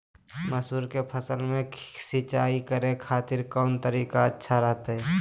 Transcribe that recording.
मसूर के फसल में सिंचाई करे खातिर कौन तरीका अच्छा रहतय?